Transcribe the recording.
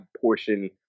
portion